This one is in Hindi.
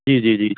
जी जी जी